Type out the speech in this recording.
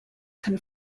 can